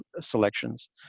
selections